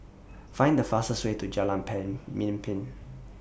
Find The fastest Way to Jalan Pemimpin